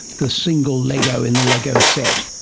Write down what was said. the single lego in the lego set?